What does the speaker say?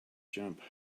jump